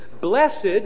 Blessed